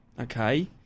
okay